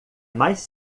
mais